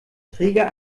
träger